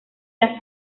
las